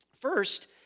First